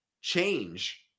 change